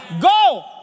Go